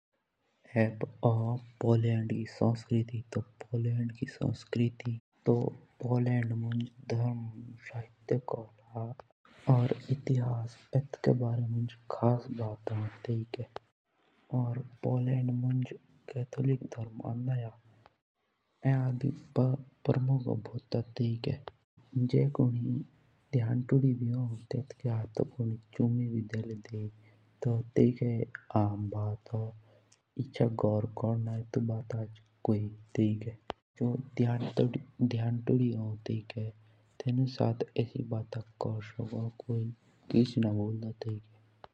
एब होन पोलैंड की संस्कृती तो पोलैंड मुँज धर्म साहित्ये कोला और इतिहास एतके बारे मुँज खास बात होन तैयेके। और एतके केतुलिक धर्म हैना या भी भुता परमूख होन। पोलैंड मुँज जुस दियंतुदी होन तो तेनुके साथ बाता भी लयी आओकन।